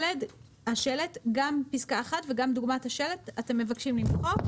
את פסקה (1) אתם מבקשים למחוק.